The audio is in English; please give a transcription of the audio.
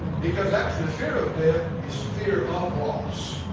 because actually fear of death is fear of loss,